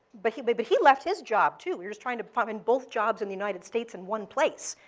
but he but but he left his job, too. we're just trying to find both jobs in the united states in one place,